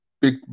big